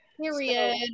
Period